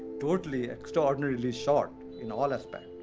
totally, extraordinarily short in all aspect,